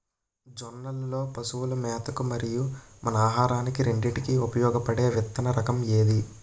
జొన్నలు లో పశువుల మేత కి మరియు మన ఆహారానికి రెండింటికి ఉపయోగపడే విత్తన రకం ఏది?